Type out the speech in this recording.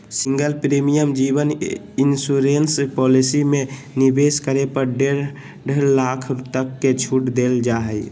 single premium जीवन insurance policy में निवेश करे पर डेढ़ लाख तक के छूट देल जा हइ